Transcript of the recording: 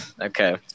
Okay